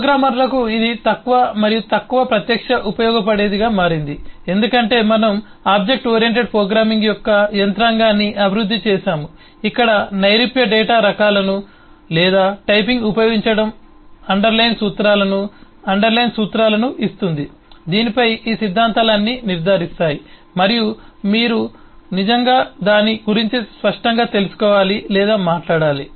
ప్రోగ్రామర్లకు ఇది తక్కువ మరియు తక్కువ ప్రత్యక్షంగా ఉపయోగపడేదిగా మారింది ఎందుకంటే మనము ఆబ్జెక్ట్ ఓరియెంటెడ్ ప్రోగ్రామింగ్ యొక్క యంత్రాంగాన్ని అభివృద్ధి చేశాము ఇక్కడ నైరూప్య డేటా రకాలను లేదా టైపింగ్ను ఉపయోగించడం అండర్లైన్ సూత్రాలను అండర్లైన్ సూత్రాలను ఇస్తుంది దీనిపై ఈ సిద్ధాంతాలన్నీ నిర్ధారిస్తాయి మరియు మీరు చేయరు నిజంగా దాని గురించి స్పష్టంగా తెలుసుకోవాలి లేదా మాట్లాడాలి